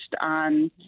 on